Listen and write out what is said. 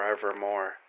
forevermore